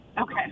okay